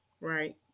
right